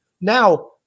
Now